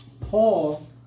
Paul